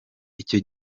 icyo